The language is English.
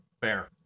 Fair